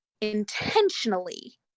intentionally